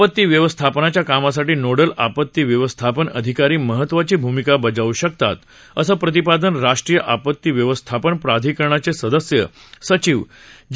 आपती व्यवस्थापनाच्या कामासाठी नोडल आपती व्यवस्थापन अधिकारी महत्वाची भूमिका बजावू शकतात असं प्रतिपादन राष्ट्रीय आपती व्यवस्थापन प्राधिकरणाचे सदस्य सचिव जी